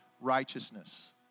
righteousness